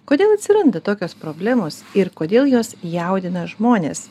kodėl atsiranda tokios problemos ir kodėl jos jaudina žmones